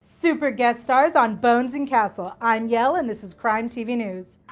super guest stars on bones, and castle. i'm yael and this is crime tv news.